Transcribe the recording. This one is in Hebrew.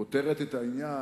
זה פותר את העניין,